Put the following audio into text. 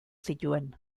zituen